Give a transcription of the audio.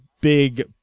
big